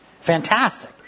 Fantastic